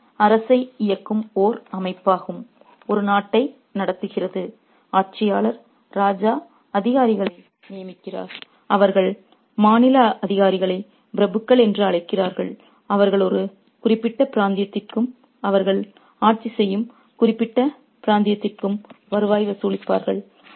refer slide time 1823 இது அரசை இயக்கும் ஒரு அமைப்பாகும் ஒரு நாட்டை நடத்துகிறது ஆட்சியாளர் ராஜா அதிகாரிகளை நியமிக்கிறார் அவர்கள் மாநில அதிகாரிகளை பிரபுக்கள் என்று அழைக்கிறார்கள் அவர்கள் ஒரு குறிப்பிட்ட பிராந்தியத்திற்கும் அவர்கள் ஆட்சி செய்யும் குறிப்பிட்ட பிராந்தியத்திற்கும் வருவாய் வசூலிப்பார்கள்